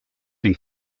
been